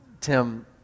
Tim